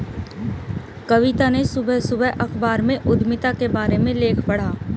कविता ने सुबह सुबह अखबार में उधमिता के बारे में लेख पढ़ा